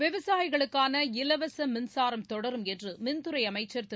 விவசாயிகளுக்கான இலவச மின்சாரம் தொடரும் என்று மின்துறை அமைச்சர் திரு